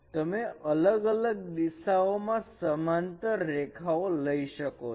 તમે અલગ અલગ દિશાઓમાં સમાંતર રેખાઓ લઈ શકો છો